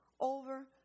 over